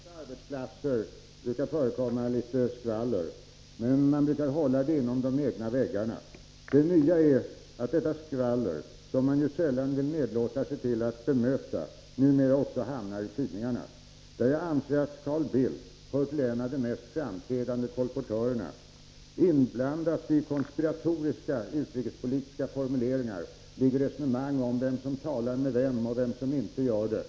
Herr talman! På de flesta arbetsplatser brukar det förekomma litet skvaller. Men man brukar hålla det inom de egna väggarna. Det nya här är att detta skvaller, som man ju sällan vill nedlåta sig till att bemöta, numera också hamnar i tidningarna. Jag anser att Carl Bildt tillhör de mer framträdande kolportörerna, inblandad i konspiratoriska utrikespolitiska formuleringar med resonemang om vem som talar med vem och vem som inte gör det.